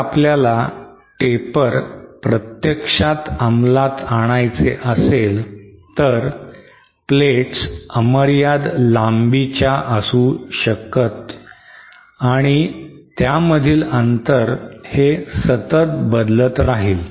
जर आपल्याला taper प्रत्यक्षात अमलात आणायचे असेल तर प्लेट्स अमर्याद लांबीच्या असू शकत आणि त्यामधील अंतर हे सतत बदलत राहील